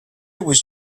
was